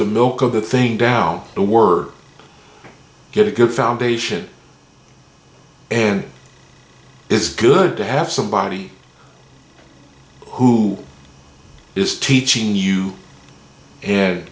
the milk of the thing down and we're get a good foundation and it's good to have somebody who is teaching you and